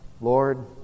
Lord